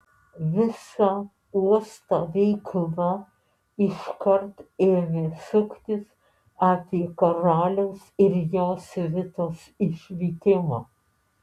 visa uosto veikla iškart ėmė suktis apie karaliaus ir jo svitos išvykimą